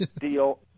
deal